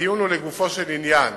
הדיון הוא לגופו של עניין.